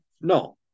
no